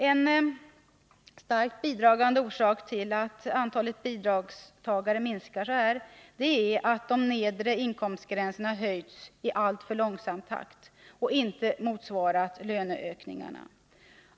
En starkt bidragande orsak till att antalet bidragstagare minskar är att den nedre inkomstgränsen höjts i alltför långsam takt och inte motsvarat löneökningarna.